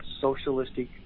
socialistic